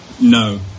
no